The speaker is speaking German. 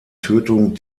tötung